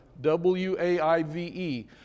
W-A-I-V-E